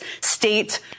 state